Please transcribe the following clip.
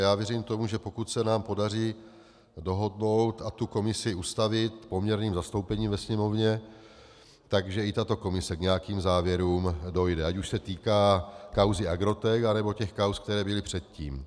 Já věřím tomu, že pokud se nám podaří dohodnout a komisi ustavit poměrným zastoupením ve Sněmovně, že i tato komise k nějakým závěrům dojde, ať už se týká kauzy Agrotec a nebo kauz, které byly předtím.